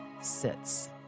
sits